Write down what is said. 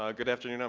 ah good afternoon. um